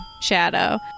Shadow